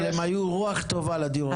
אבל הם היו רוח טובה לדיור הציבורי.